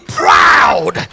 proud